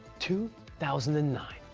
two thousand and nine,